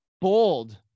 bold